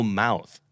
mouth